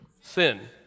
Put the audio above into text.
Sin